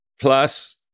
plus